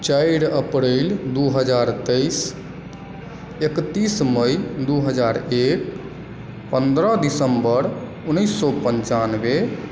चारि अप्रैल दू हजर तेईस इकतीस मई दू हजर एक पन्द्रह दिसम्बर उन्नैस सए पञ्चानबे